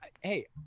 hey